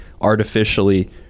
artificially